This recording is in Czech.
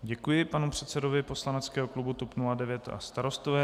Děkuji panu předsedovi poslaneckého klubu TOP 09 a Starostové.